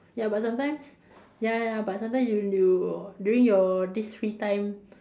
ya but sometimes ya ya ya but sometimes when you during your this free time